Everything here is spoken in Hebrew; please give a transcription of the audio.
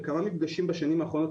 בכמה מפגשים בשנים האחרונות.